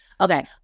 Okay